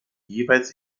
jeweils